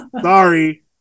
Sorry